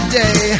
day